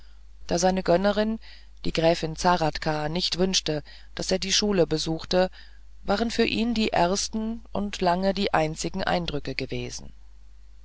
da seine gönnerin die gräfin zahradka nicht wünschte daß er die schule besuchte waren für ihn die ersten und lange die einzigen eindrücke gewesen